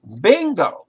Bingo